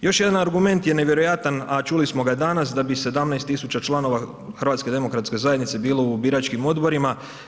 Još jedan argument je nevjerojatan a čuli smo ga danas da bi 17 tisuća članova HDZ-a bilo u biračkim odborima.